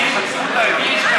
אתה לא יכול להכריח אותי.